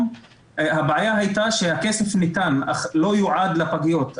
הבעיה הייתה שהכסף ניתן אך לא יועד לפגיות.